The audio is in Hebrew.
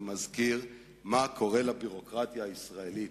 אני מזכיר מה קורה לביורוקרטיה הישראלית,